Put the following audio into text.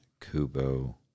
Kubo